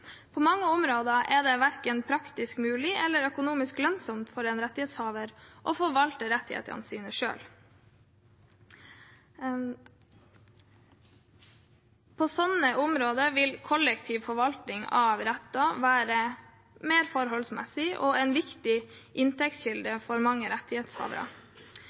På mange områder er det verken praktisk mulig eller økonomisk lønnsomt for en rettighetshaver å forvalte rettighetene sine selv. På slike områder vil kollektiv forvaltning av rettigheter være mer formålstjenlig og en viktig inntektskilde for mange rettighetshavere.